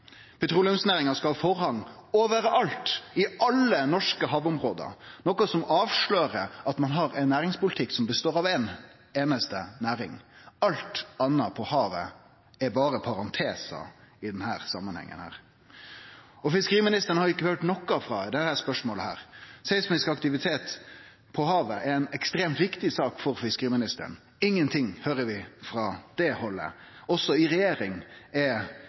petroleumsnæringa skal ha forrang overalt, i alle norsk havområde, noko som avslører at ein har ein næringspolitikk som består av ei einaste næring – alt anna på havet er berre parentesar i denne samanhengen. Fiskeriministeren har vi ikkje høyrt noko frå i dette spørsmålet. Seismisk aktivitet på havet er ei ekstremt viktig sak for fiskeriministeren – ingenting høyrer vi frå det haldet. Også i regjering er